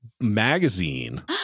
magazine